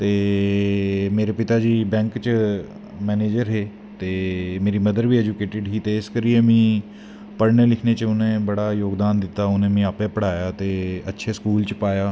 ते मेरे पिता जी बैंक च मैनेज़र हे ते मेरी मदर बी ऐजुकेटिड ही ते इस करी मिगी पढ़ने लेखनें च उनें बड़ा जोगदान दित्ता उनैं मिगी अपैं पढ़ाया ते अच्छे स्कूल च पाया